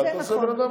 תעשה בן אדם אחד.